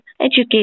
education